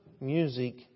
music